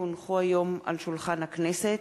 כי הונחו היום על שולחן הכנסת,